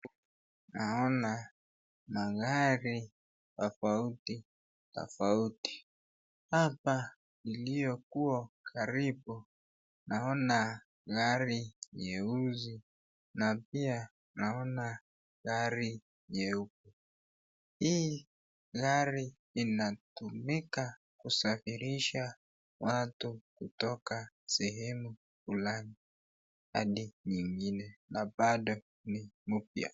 Naona magari tofauti tofauti ,hapa iliyokuwa karibu naona gari nyeusi na pia naona gari nyeupe ,hii gari inatumika kusafirisha watu kutoka sehemu fulani hadi nyingine na bado ni mpya.